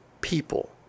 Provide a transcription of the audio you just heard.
people